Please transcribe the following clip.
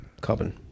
carbon